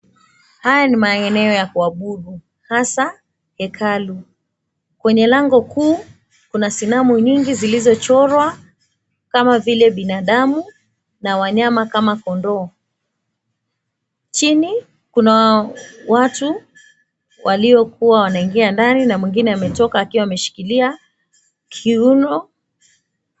Haya ni maeneo ya kuabudu hasa hekalu. Kwenye lango kuu kuna sinamu nyingi zilizo chorwa kama vile binadamu na wanyama kama kondoo chini kuna watu waliokuwa wanaingia ndani na mwingine anatoka akiwa ameshikilia kiuono.